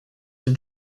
den